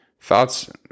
thoughts